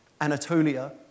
Anatolia